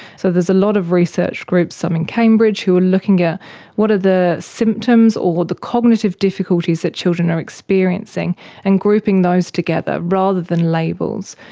so there's a lot of research groups, some in cambridge, who are looking at what are the symptoms or the cognitive difficulties that children are experiencing and grouping those together, rather than labels,